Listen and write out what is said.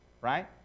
right